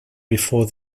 before